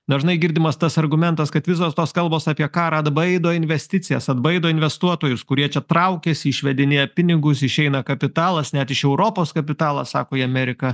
dažnai girdimas tas argumentas kad visos tos kalbos apie karą atbaido investicijas atbaido investuotojus kurie čia traukiasi išvedinėja pinigus išeina kapitalas net iš europos kapitalą sako į amerika